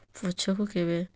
ପଛକୁ କେବେ